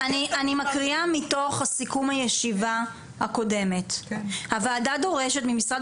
אני מקריאה מתוך הסיכום הישיבה הקודמת: "הוועדה דורשת ממשרד